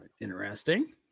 Interesting